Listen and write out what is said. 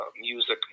music